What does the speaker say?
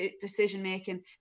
decision-making